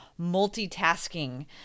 multitasking